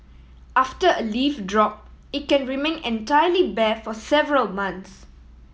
after a leaf drop it can remain entirely bare for several months